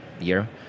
year